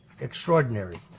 Extraordinary